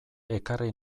ekarri